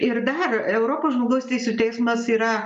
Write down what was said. ir dar europos žmogaus teisių teismas yra